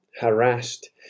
harassed